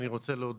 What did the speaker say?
אני רוצה להודות,